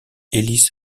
ellis